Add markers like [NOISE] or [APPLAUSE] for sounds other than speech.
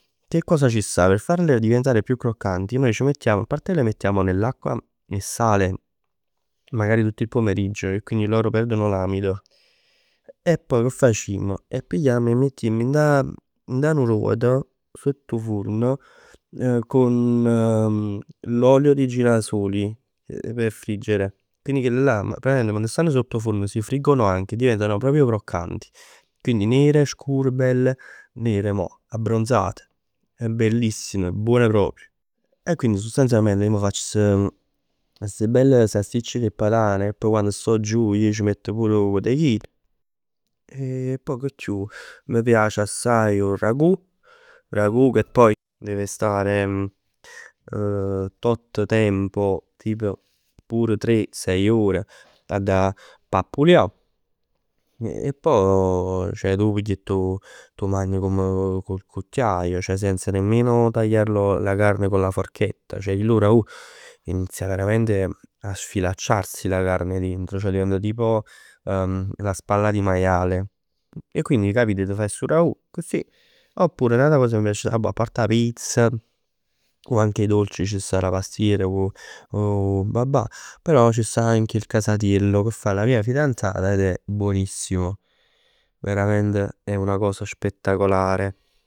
Che cosa ci sta. Per farle diventare più croccanti noi ci mettiamo. A parte le mettiamo nell'acqua e sale, magari tutto il pomeriggio e quindi loro perdono l'amido. E poi che facimm. 'E pigliamm e 'e mettimm dint 'a nu ruot sott 'o furn, con [HESITATION] l'olio di girasoli per friggere. Quindi chilli'llà praticamente quando stann sott 'o furn si friggono anche e diventano proprio croccanti. Quindi nere, scure, belle. Nere mo, abbronzate. È bellissimo, buone proprio. E quindi sostanzialmente ij m' facc stu, ste belle salsicce cu 'e patan e poi quando sto giù ij c' mett pur 'o cotechin. E poi che chiù. M' piace assaje 'o ragù. Ragù che poi deve stare [HESITATION] tot tempo, tipo pure tre, sei ore. Adda pappulià. E poj [HESITATION] tu pigl e t' 'o magn con il cucchiaio. Ceh senza nemmeno tagliare la carne con la forchetta. Ceh chill 'o ragù comincia veramente a sfilacciarsi la carne dentro. Ceh diventa tipo la spalla di maiale. E quindi 'e capit, t' faje stu ragù accussì, oppure n'ata cosa che m' piace a fa, vabbuò apparte 'a pizza. O anche i dolci, ci sta la pastiera cu 'o, cu 'o baba, però c' sta anche il casatiello che fa la mia fidanzata ed è buonissimo. Verament è una cosa spettacolare.